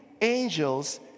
angels